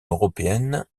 européenne